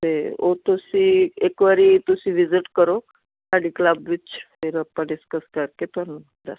ਅਤੇ ਉਹ ਤੁਸੀਂ ਇੱਕ ਵਾਰੀ ਤੁਸੀਂ ਵਿਜ਼ਿਟ ਕਰੋ ਸਾਡੇ ਕਲੱਬ ਵਿੱਚ ਫਿਰ ਆਪਾਂ ਡਿਸਕਸ ਕਰਕੇ ਤੁਹਾਨੂੰ ਦੱਸਦੇ